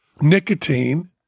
Nicotine